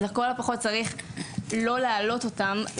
אז לכל הפחות צריך לא להעלות אותם,